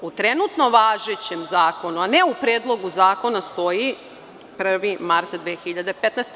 U trenutno važećem zakonu, a ne u predlogu zakona stoji „1. mart 2015. godine“